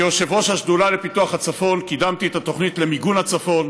כיושב-ראש השדולה לפיתוח הצפון קידמתי את התוכנית לקידום הצפון,